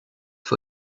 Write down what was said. for